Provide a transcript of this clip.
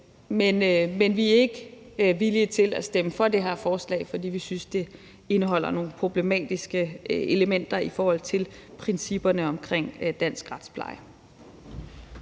men vi er ikke villige til at stemme for det her forslag, fordi vi synes, det indeholder nogle problematiske elementer i forhold til principperne omkring dansk retspleje.